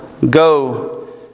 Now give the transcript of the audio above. Go